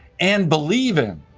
and believe in.